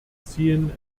ziehen